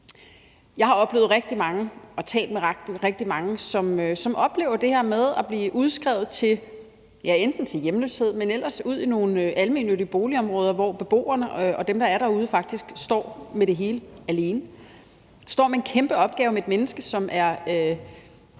desværre ser i dag. Jeg har talt med rigtig mange, som oplever det her med at blive udskrevet til enten hjemløshed eller til nogle almennyttige boligområder, hvor beboerne og dem, der er derude, faktisk står med det hele alene. Man står med en kæmpe opgave med et menneske, som